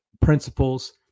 principles